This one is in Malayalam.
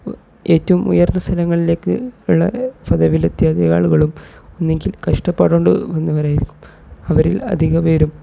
ഏറ്റവും ഉയർന്ന സ്ഥലങ്ങളിലേക്ക് ഇള്ള പദവിയിലെത്തിയ അധികം ആളുകളും ഒന്നെങ്കിൽ കഷ്ടപ്പാടു കൊണ്ട് വന്നവരായിരിക്കും അവരിൽ അധികം പേരും